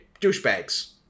Douchebags